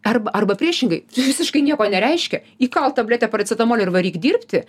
arba arba priešingai visiškai nieko nereiškia įkalk tabletę paracetamolio ir varyk dirbti